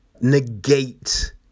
negate